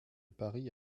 paris